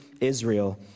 Israel